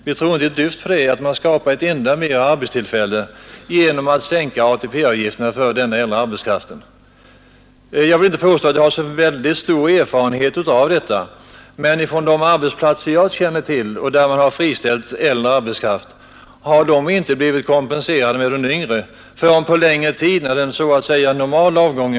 Vi tror inte att man skapar ett enda arbetstillfälle genom att sänka ATP-avgifterna för den äldre arbetskraften. Jag vill inte påstå att jag har särskilt stor erfarenhet av detta, men på de arbetsplatser som jag känner till, där man friställt äldre arbetskraft, har den inte ersatts med yngre arbetskraft förrän efter en längre tid, när det blivit en så att säga normal avgång.